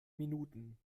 minuten